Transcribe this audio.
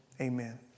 Amen